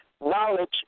Knowledge